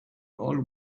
all